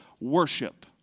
worship